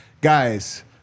Guys